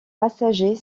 passager